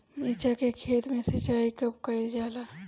मिर्चा के खेत में सिचाई कब कइल जाला?